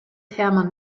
hermann